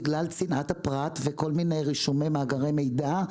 בגלל צנעת הפרט וכל מיני רישומי מאגרי מידע.